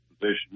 position